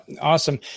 awesome